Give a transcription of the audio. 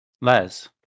Les